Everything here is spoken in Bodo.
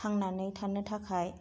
थांनानै थानो थाखाय